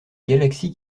galaxies